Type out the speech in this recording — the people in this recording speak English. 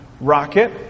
rocket